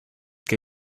que